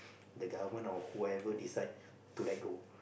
the government or whoever decide to let go